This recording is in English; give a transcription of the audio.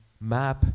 map